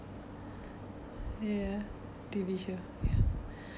ya T_V show ya